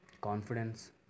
confidence